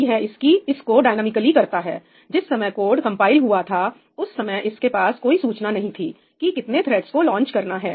तो यह इसको डायनॉमिकली करता है जिस समय कोड कंपाइल हुआ था उस समय इसके पास कोई सूचना नहीं थी कि कितने थ्रेड्स को लांच करना है